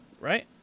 right